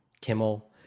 kimmel